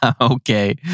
Okay